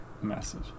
Message